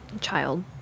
child